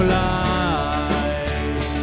life